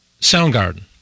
Soundgarden